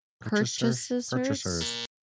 Purchasers